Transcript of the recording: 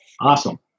Awesome